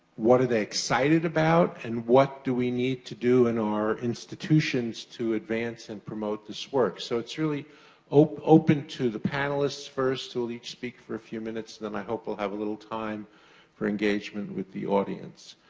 what are they excited about, and what do we need to do in our institutions to advance and promote this work? so, it's really open to the panelists first, who will each speak for a few minutes. then i hope we'll have a little time for engagement with the audience.